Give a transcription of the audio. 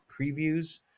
previews